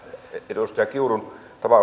edustaja kiurun